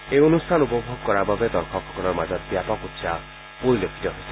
এই অনুষ্ঠান উপভোগ কৰাৰ বাবে দৰ্শকসকলৰ মাজত ব্যাপক উৎসাহ পৰিলক্ষিত হৈছে